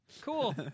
Cool